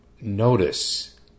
notice